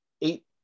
eight